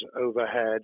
overhead